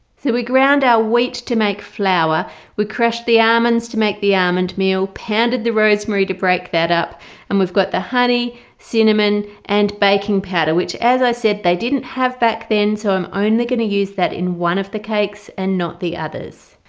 we ground our wheat to make flour we crushed the almonds to make the almond meal, pounded the rosemary to break that up and we've got the honey, cinnamon and baking powder which as i said they didn't have back then so i'm only going to use that in one of the cakes and not the others.